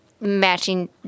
matching